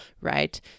right